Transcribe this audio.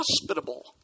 hospitable